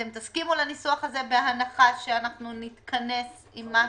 אתם תסכימו לניסוח הזה בהנחה שאנחנו נתכנס עם משהו?